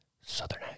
southern